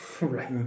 right